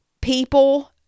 People